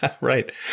Right